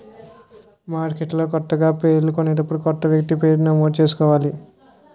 మార్కెట్లో కొత్తగా షేర్లు కొనేటప్పుడు కొత్త వ్యక్తి పేరు నమోదు చేసుకోవాలి